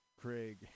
Craig